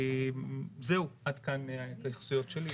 עד כאן ההתייחסויות שלי.